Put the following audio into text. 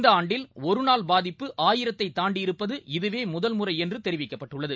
இந்த ஆண்டில் ஒரு நாள் பாதிப்பு ஆயிரத்தை தாண்டியிருப்பது இதுவே முதல் முறை என்று தெரிவிக்கப்பட்டுள்ளது